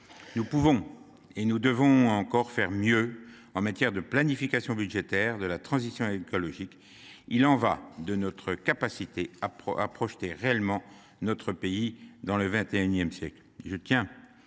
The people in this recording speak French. nous pouvons et nous devons faire mieux encore en matière de planification budgétaire de la transition écologique. Il y va de notre capacité à projeter réellement notre pays dans le XXI siècle.